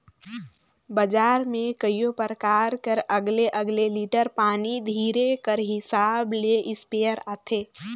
बजार में कइयो परकार कर अलगे अलगे लीटर पानी धरे कर हिसाब ले इस्पेयर आथे